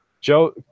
joe